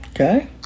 Okay